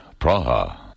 Praha